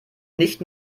nicht